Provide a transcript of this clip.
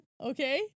Okay